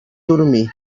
dormir